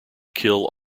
kill